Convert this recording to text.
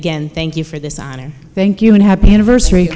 again thank you for this honor thank you and happy anniversary